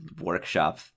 workshop